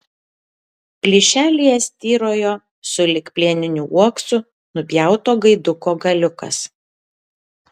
plyšelyje styrojo sulig plieniniu uoksu nupjauto gaiduko galiukas